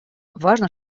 важно